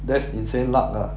that's insane luck lah